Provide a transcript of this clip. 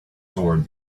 toward